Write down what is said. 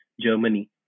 Germany